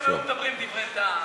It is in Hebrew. אם הם היו מדברים דברי טעם,